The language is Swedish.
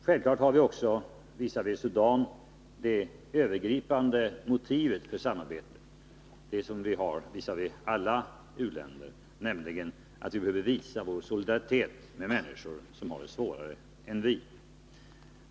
Självklart har vi beträffande Sudan det övergripande motiv för samarbete som vi har visavi alla u-länder, nämligen att vi behöver visa vår solidaritet med människor som har det svårare än vi.